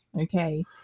Okay